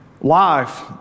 life